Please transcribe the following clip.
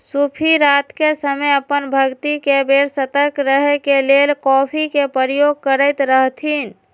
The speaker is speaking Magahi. सूफी रात के समय अप्पन भक्ति के बेर सतर्क रहे के लेल कॉफ़ी के प्रयोग करैत रहथिन्ह